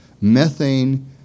methane